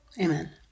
Amen